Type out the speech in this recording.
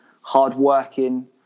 hard-working